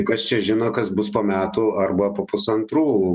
kas čia žino kas bus po metų arba po pusantrų